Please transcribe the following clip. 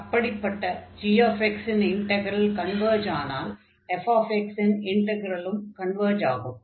அப்படிப்பட்ட g இன் integral converge ஆனால் f இன் இன்டக்ரலும் கன்வர்ஜ் ஆகும்